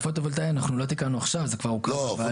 הפוטו-וולטאי כבר תוקן קודם.